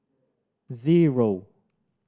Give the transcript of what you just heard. zero